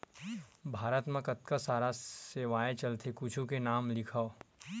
भारत मा कतका सारा सेवाएं चलथे कुछु के नाम लिखव?